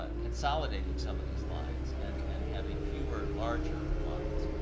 ah consolidating some of these lines, and and having fewer, larger lines.